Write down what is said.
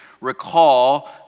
recall